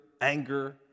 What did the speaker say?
anger